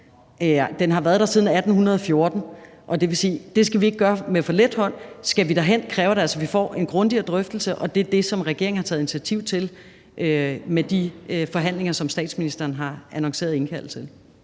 den har været der siden 1814, så det skal vi ikke gøre med for let hånd. Skal vi derhen, kræver det altså, at vi får en grundigere drøftelse, og det er det, som regeringen har taget initiativ til med de forhandlinger, som statsministeren har annonceret og indkaldt til.